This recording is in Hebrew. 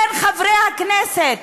בין חברי הכנסת,